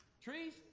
Trees